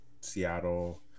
Seattle